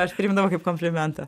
aš priimdavau kaip komplimentą